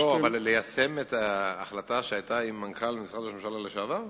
ליישם את ההחלטה שהיתה עם מנכ"ל משרד ראש הממשלה לשעבר?